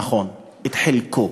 נכון, את חלקו,